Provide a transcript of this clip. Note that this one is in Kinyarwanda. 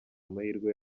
amahirwe